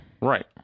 Right